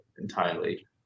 entirely